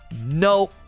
no